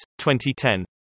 2010